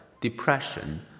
depression